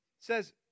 says